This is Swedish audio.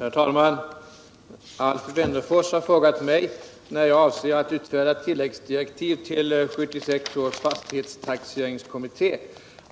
Herr talman! Alf Wennerfors har frågat mig när jag avser att utfärda tilläggsdirektiv till 1976 års fastighetstaxeringskommitté